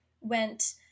went-